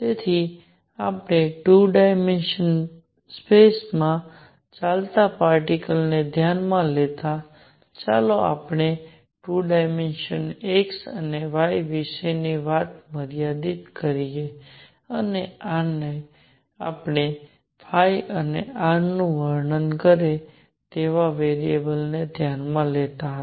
તેથી આપણે 2 ડાયમેન્શનલ સ્પેસમાં ચાલતા પાર્ટીકલ ને ધ્યાનમાં લેતા હતા ચાલો આપણે ફક્ત 2 ડાયમેન્શનલ x અને y વિશે ની વાત મર્યાદિત કરીએ અને આપણે અને r નું વર્ણન કરે તેવા વેરિએબલને ધ્યાનમાં લેતા હતા